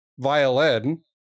violin